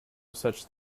such